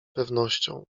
pewnością